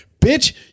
bitch